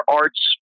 arts